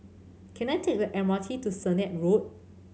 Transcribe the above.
can I take the M R T to Sennett Road